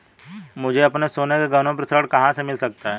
मुझे अपने सोने के गहनों पर ऋण कहां से मिल सकता है?